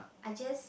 I just